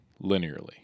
linearly